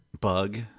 bug